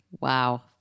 wow